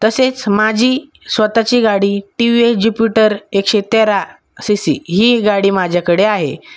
तसेच माझी स्वत ची गाडी टी वी एस ज्युपिटर एकशे तेरा सी सी ही गाडी माझ्याकडे आहे